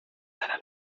seiner